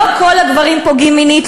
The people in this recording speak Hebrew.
לא כל הגברים פוגעים מינית,